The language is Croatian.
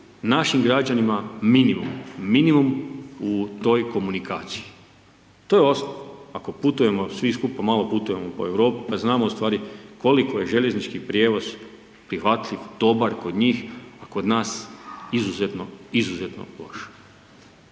našim građanima minimum, minimum u toj komunikaciji. To je osnov. Ako putujemo svi skupa, malo putujemo po Europi pa znamo u stvari, koliko je željeznički prijevoz prihvatljiv, dobar kod njih, a kod nas izuzetno, izuzetno loš.